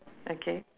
okay